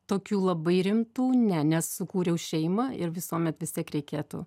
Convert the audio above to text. tokių labai rimtų ne nes sukūriau šeimą ir visuomet vis tiek reikėtų